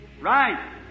Right